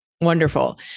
Wonderful